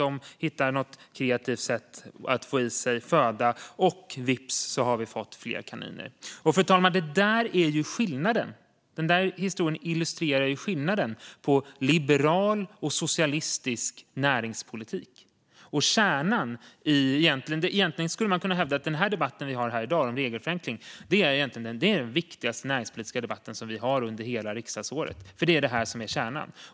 De hittar något kreativt sätt att få i sig föda. Vips har vi fått fler kaniner! Fru talman! Denna historia illustrerar skillnaden mellan liberal och socialistisk näringspolitik. Man skulle kunna hävda att den debatt om regelförenkling som vi har här i dag egentligen är den viktigaste näringspolitiska debatt vi har under hela riksdagsåret, för det är detta som är kärnan.